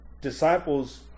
disciples